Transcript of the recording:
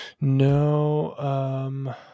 No